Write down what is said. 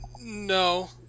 No